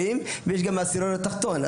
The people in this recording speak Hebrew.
ויש גם משתמשים מהעשירון התחתון.